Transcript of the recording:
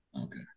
Okay